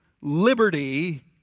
liberty